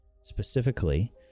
Specifically